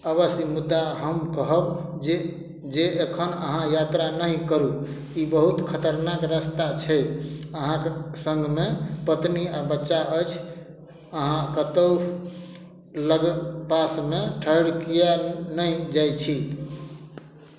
अवश्य मुदा हम कहब जे जे एखन अहाँ यात्रा नहि करू ई बहुत खतरनाक रस्ता छै अहाँके सङ्गमे पत्नी आ बच्चा अछि अहाँ कतौ लग पासमे ठहरि किया नहि जाइ छी